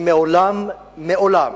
אני מעולם, מעולם,